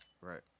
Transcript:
Right